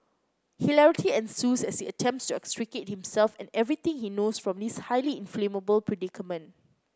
hilarity ensues as he attempts to extricate himself and everything he knows from this highly inflammable predicament